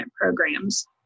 programs